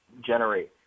generate